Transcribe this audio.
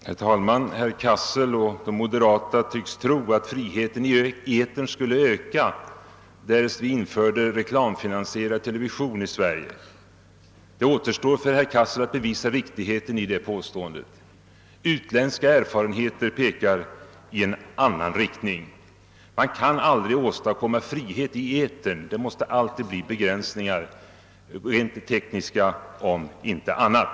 Herr talman! Herr Cassel och övriga ledamöter av moderata samlingspartiet tycks tro att friheten i etern skulle öka därest vi införde reklamfinansierad television i landet. Det återstår för herr Cassel att bevisa riktigheten i det påståendet. Utländska erfarenheter pekar i en annan riktning. Man kan aldrig åstadkomma frihet i etern, det måste alltid bli begränsningar — rent tekniska om inte annat.